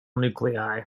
nuclei